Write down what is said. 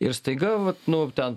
ir staiga vat nu ten